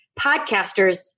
podcasters